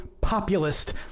populist